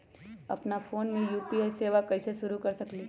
अपना फ़ोन मे यू.पी.आई सेवा कईसे शुरू कर सकीले?